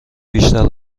بیشتر